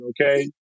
okay